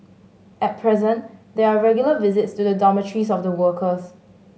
at present there are regular visits to the dormitories of the workers